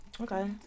okay